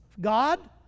God